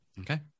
Okay